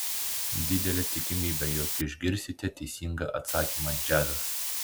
didelė tikimybė jog išgirsite teisingą atsakymą džiazas